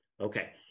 Okay